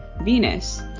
Venus